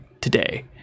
today